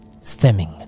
stemming